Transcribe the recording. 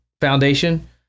Foundation